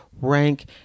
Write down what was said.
rank